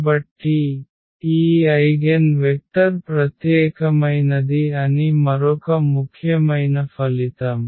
కాబట్టి ఈ eigen vector ప్రత్యేకమైనది అని మరొక ముఖ్యమైన ఫలితం